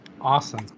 Awesome